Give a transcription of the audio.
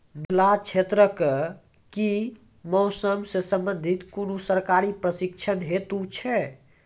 मिथिला क्षेत्रक कि मौसम से संबंधित कुनू सरकारी प्रशिक्षण हेतु छै?